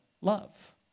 love